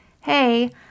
hey